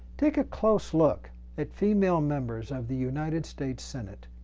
take a close look at female members of the united states senate.